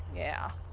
yeah.